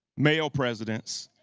male presidents.